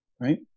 right